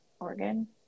organ